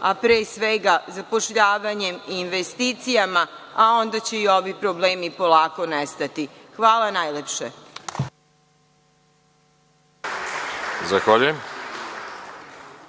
a pre svega zapošljavanjem, investicijama, a onda će i ovi problemi polako nestajati. Hvala najlepše. **Veroljub Arsić** Zahvaljujem.